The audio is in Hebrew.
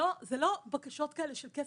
אלה לא בקשות של כסף.